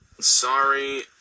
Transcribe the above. Sorry